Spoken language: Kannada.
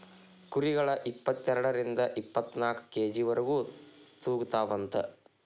ಕುರಿಗಳ ಇಪ್ಪತೆರಡರಿಂದ ಇಪ್ಪತ್ತನಾಕ ಕೆ.ಜಿ ವರೆಗು ತೂಗತಾವಂತ